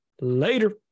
Later